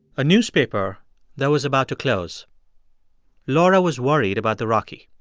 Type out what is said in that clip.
a newspaper that was about to close laura was worried about the rocky.